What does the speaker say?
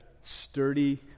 sturdy